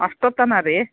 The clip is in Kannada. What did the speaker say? ಅಷ್ಟು ಹೊತ್ತನಾ ರೀ